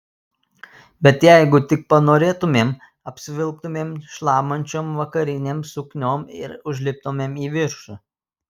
bet jeigu tik panorėtumėm apsivilktumėm šlamančiom vakarinėm sukniom ir užliptumėm į viršų